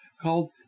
called